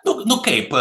nu nu kaip